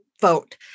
vote